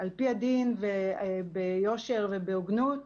על פי הדין, ביושר ובהוגנות.